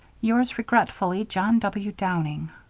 yours regretfully, john w. downing.